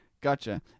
Gotcha